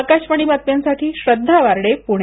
आकाशवाणी बातम्यांसाठी श्रद्धा वार्डे पूणे